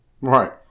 Right